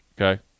Okay